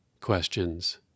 questions